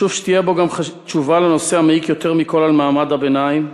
חשוב שתהיה בו גם תשובה לנושא המעיק יותר מכול על מעמד הביניים,